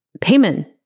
payment